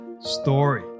story